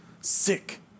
Sick